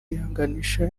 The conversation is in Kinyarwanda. yihanganisha